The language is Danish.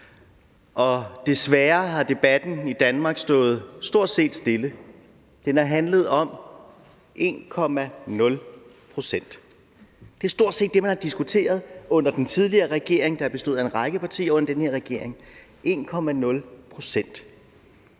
og desværre har debatten i Danmark stort set stået stille. Den har handlet om 1,0 pct. Det er stort set det, man har diskuteret under den tidligere regering, der bestod af en række partier, og under den her regering – altså